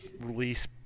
release